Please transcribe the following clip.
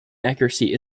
accuracy